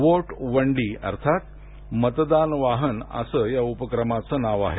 vote वंडी अर्थात् मतदान वाहन असं या उपक्रमाचं नाव आहे